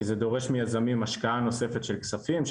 כי זה דורש מיזמים השקעה נוספת של כספים,